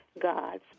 God's